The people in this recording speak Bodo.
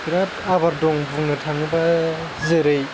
बेराद आबाद दं बुंनो थाङोबा जेरै